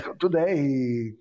Today